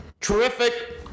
terrific